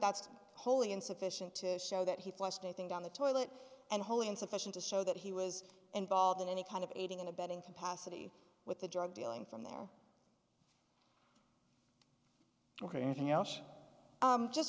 that's wholly insufficient to show that he flushed i think down the toilet and wholly insufficient to show that he was involved in any kind of aiding and abetting capacity with the drug dealing from there ok anything else just